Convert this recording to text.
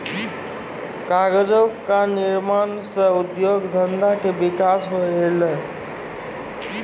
कागजो क निर्माण सँ उद्योग धंधा के विकास होलय